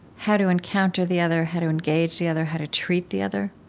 how to encounter the other, how to engage the other, how to treat the other,